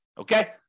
Okay